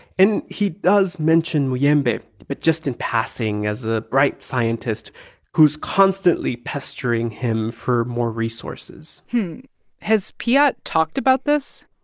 and he does mention muyembe but but just in passing as a bright scientist who's constantly pestering him for more resources has piot talked about this?